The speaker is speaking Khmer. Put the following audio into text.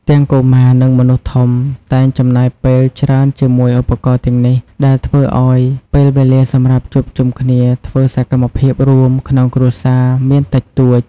ទាំងកុមារ និងមនុស្សធំ តែងចំណាយពេលច្រើនជាមួយឧបករណ៍ទាំងនេះ ដែលធ្វើឱ្យពេលវេលាសម្រាប់ជួបជុំគ្នាធ្វើសកម្មភាពរួមក្នុងគ្រួសារមានតិចតួច ។